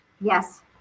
Yes